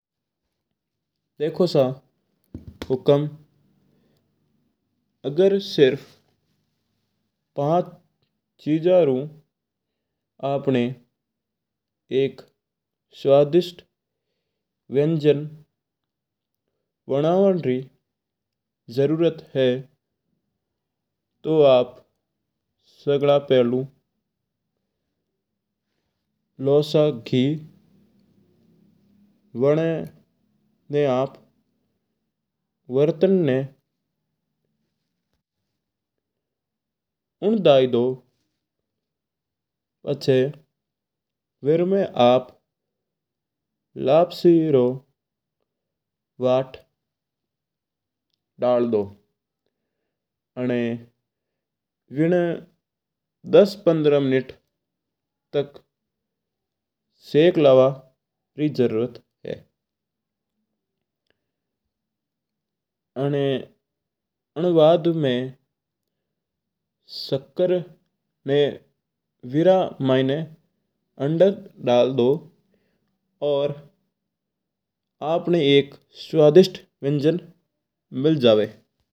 देखो सा हुकम अगर सिर्फ पाँच चीजियो रूं आपणा स्वादिष्ट व्यंजन बनवण री जरूरत है तूं आप सगला पेळी लू सा घी। वना आप बरतन में उंडाईडू पछ बनमा आप लपसी रू बात डाल दू आणा विण दस पंद्रह मिंट साकना री जरूरत है। आणा उन बात मैं सक्कर बिन्ना मैना डाल दू और आपणा एक स्वादिष्ट व्यंजन बन जयी।